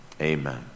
amen